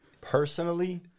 Personally